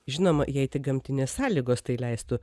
žinoma jei tik gamtinės sąlygos tai leistų